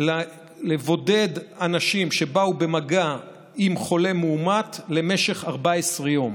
לבודד אנשים שבאו במגע עם חולה מאומת למשך 14 יום.